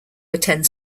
attend